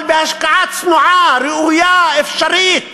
אבל בהשקעה צנועה, ראויה, אפשרית,